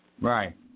Right